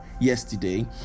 yesterday